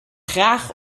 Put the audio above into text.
graag